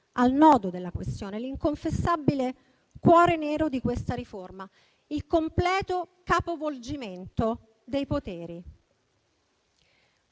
al nodo della questione, all'inconfessabile cuore nero di questa riforma, il completo capovolgimento dei poteri.